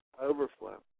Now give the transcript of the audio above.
overflow